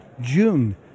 June